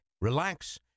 relax